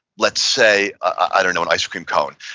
let's say, i don't know, an ice cream cone,